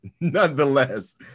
nonetheless